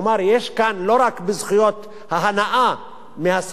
כלומר יש כאן לא רק ההנאה מהשחייה,